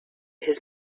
his